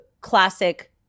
classic